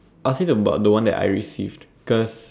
I'll say about the one that I received cause